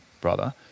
brother